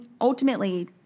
ultimately